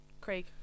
craig